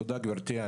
תודה, גברתי.